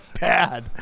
bad